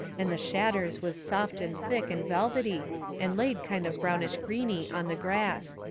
and the shadders was soft and thick and velvety and laid kind of brownish-greeney on the grass.